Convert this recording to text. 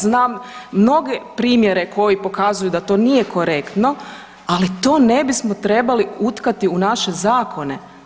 Znam mnoge primjere koji pokazuju da to nije korektno, ali to ne bismo trebali utkati u naš zakone.